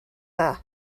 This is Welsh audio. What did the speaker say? dda